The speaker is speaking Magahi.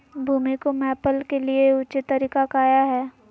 भूमि को मैपल के लिए ऊंचे तरीका काया है?